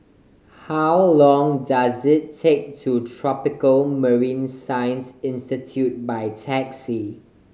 how long does it take to Tropical Marine Science Institute by taxi